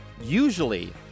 usually